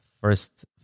first